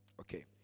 Okay